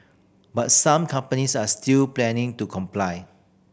but some companies are still planning to comply